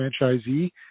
franchisee